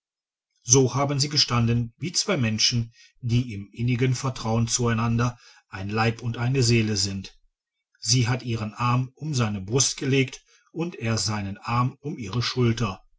so haben sie gestanden wie zwei menschen die im innigen vertrauen zueinander ein leib und eine seele sind sie hat ihren arm um seine brust gelegt und er seinen arm um ihre schulter